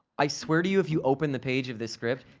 i swear to you if you open the page of this script